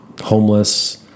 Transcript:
homeless